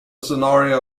scenario